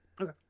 Okay